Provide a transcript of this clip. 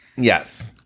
Yes